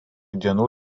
dienų